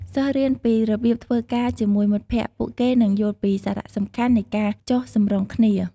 សិស្សរៀនពីរបៀបធ្វើការជាមួយមិត្តភក្តិ ពួកគេនឹងយល់ពីសារៈសំខាន់នៃការចុះសម្រុងគ្នា។